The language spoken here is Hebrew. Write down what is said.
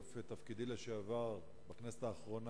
מתוקף תפקידי בכנסת האחרונה,